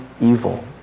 evil